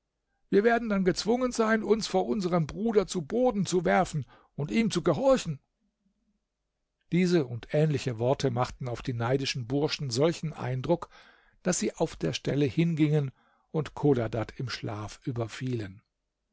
wir werden dann gezwungen sein uns vor unserem bruder zu boden zu werfen und ihm zu gehorchen diese und ähnliche worte machten auf die neidischen burschen solchen eindruck daß sie auf der stelle hingingen und chodadad im schlaf überfielen